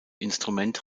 instrument